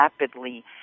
rapidly